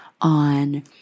on